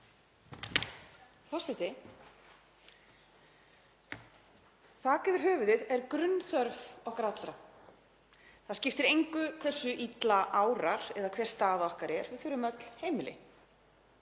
Forseti. Þak yfir höfuðið er grunnþörf okkar allra. Það skiptir engu hversu illa árar eða hver staða okkar er, við þurfum öll heimili.